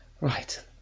right